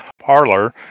parlor